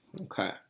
Okay